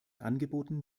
angeboten